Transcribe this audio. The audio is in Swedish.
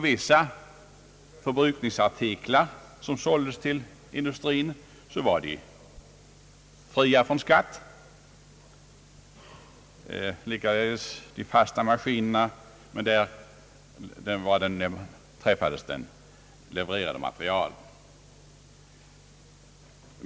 Vissa förbrukningsartiklar, som såldes till industrin, var fria från skatt, liksom de fasta maskinerna, men i detta fall träffade skatten det levererade materialet.